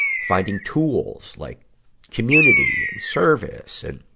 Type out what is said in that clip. finding tools like community and and service and,